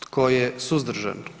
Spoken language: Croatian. Tko je suzdržan?